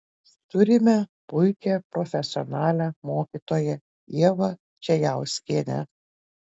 turime puikią profesionalią mokytoją ievą čejauskienę